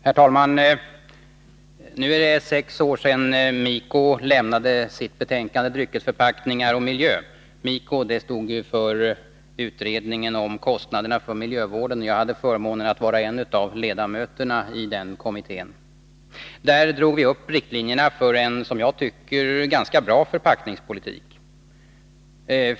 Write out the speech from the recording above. Herr talman! Det är nu sex år sedan MIKO avlämnade sitt betänkande Dryckesförpackningar och miljö. MIKO var ju förkortning för utredningen om kostnaderna för miljövården. Jag hade förmånen att vara en av ledamöterna i den kommittén. I den drog vi upp riktlinjerna för en, som jag tycker, ganska bra förpackningspolitik.